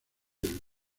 del